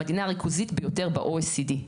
המדינה הריכוזית ביותר ב-OECD.